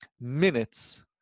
minutes